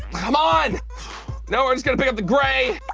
come on no, we're just gonna pick up the gray